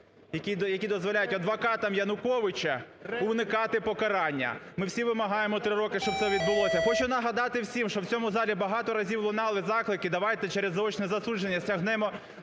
які дозволяють адвокатам Януковича уникати покарання. Ми всі вимагаємо три роки, щоб це відбулося. Хочу нагадати всім, що в цьому залі багато разів лунали заклики: давайте через заочне засудження стягнемо